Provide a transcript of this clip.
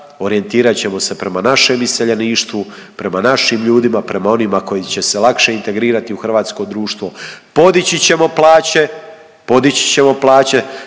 Orijentirat ćemo se prema našem iseljeništvu, prema našim ljudima, prema onima koji će se lakše integrirati u hrvatsko društvo. Podići ćemo plaće, podići ćemo plaće,